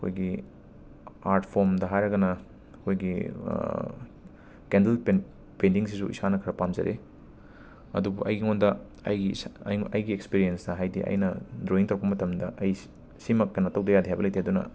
ꯑꯩꯈꯣꯏꯒꯤ ꯑꯥꯔꯠ ꯐꯣꯝꯗ ꯍꯥꯏꯔꯒꯅ ꯑꯩꯈꯣꯏꯒꯤ ꯀꯦꯟꯗꯜ ꯄꯦꯟ ꯄꯦꯟꯇꯤꯡꯁꯤꯁꯨ ꯏꯁꯥꯅ ꯈꯔ ꯄꯥꯝꯖꯔꯛꯑꯦ ꯑꯗꯨꯕꯨ ꯑꯩꯉꯣꯟꯗ ꯑꯩꯒꯤ ꯏꯁ ꯑꯩ ꯑꯩꯒꯤ ꯑꯦꯛꯁꯄꯤꯔꯤꯌꯦꯟꯁꯇ ꯍꯥꯏꯗꯤ ꯑꯩꯅ ꯗ꯭ꯔꯣꯋꯤꯡ ꯇꯧꯔꯛꯄ ꯃꯇꯝꯗ ꯑꯩ ꯁꯤ ꯁꯤꯃꯛ ꯀꯦꯅꯣ ꯇꯧꯗꯌꯥꯗꯦ ꯍꯥꯏꯕ ꯂꯩꯇꯦ ꯑꯗꯨꯅ